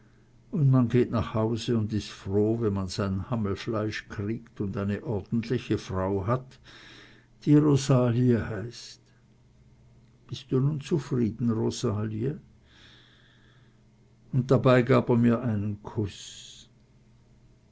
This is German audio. un man geht nach hause und is froh wenn man sein hammelfleisch kriegt un eine ordentliche frau hat die rosalie heißt bist du nu zufrieden rosalie un dabei gab er mir einen kuß